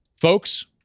Folks